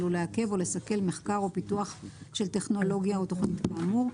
עלול לעכב או לסכל מחקר או פיתוח של טכנולוגיה או תכנית כאמור.